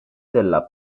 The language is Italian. della